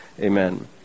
Amen